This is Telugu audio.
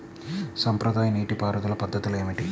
సాంప్రదాయ నీటి పారుదల పద్ధతులు ఏమిటి?